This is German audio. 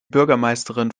bürgermeisterin